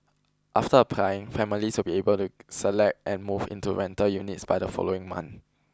after applying families will be able to select and move into the rental units by the following month